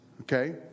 Okay